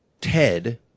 Ted